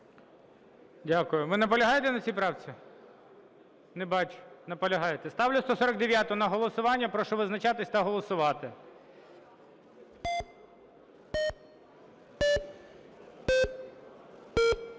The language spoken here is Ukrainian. Дякую. Ви наполягаєте на цій правці? Не бачу. Наполягаєте. Ставлю 149-у на голосування. Прошу визначатись та голосувати.